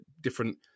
different